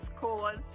cause